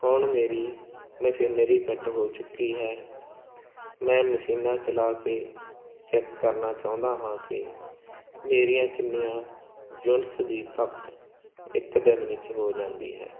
ਹੁਣ ਮੇਰੀ machinery fit ਹੋ ਚੁੱਕੀ ਹੈ ਮੈਂ ਮਸ਼ੀਨਾਂ ਚਲਾ ਕੇ ਚੈੱਕ ਕਰਨਾ ਚਾਹੁੰਦਾ ਹਾਂ ਕਿ ਮੇਰੀਆਂ ਕਿੰਨੀਆਂ ਯੂਨੀਟਸ ਦੀ ਖਪਤ ਇੱਕ ਦਿਨ ਵਿੱਚ ਹੋ ਜਾਂਦੀ ਹੈ